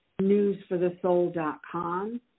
newsforthesoul.com